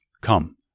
Come